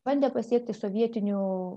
bandė pasiekti sovietinių